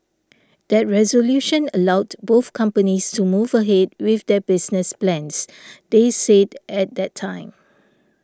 that resolution allowed both companies to move ahead with their business plans they said at that time